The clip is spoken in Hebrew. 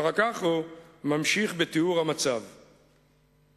ואחר כך הוא ממשיך בתיאור המצב שישרור: